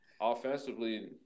offensively –